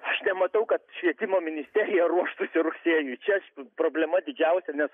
aš nematau kad švietimo ministerija ruoštųsi rugsėjui čia problema didžiausia nes